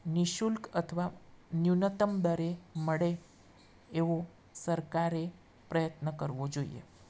નિઃશુલ્ક અથવા ન્યૂનતમ દરે મળે એવો સરકારે પ્રયત્ન કરવો જોઈએ